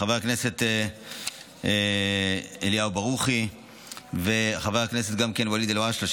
חבר הכנסת אליהו ברוכי וגם חבר הכנסת ואליד אלהואשלה,